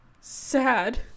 sad